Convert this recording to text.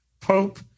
Pope